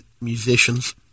musicians